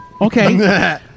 okay